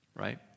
Right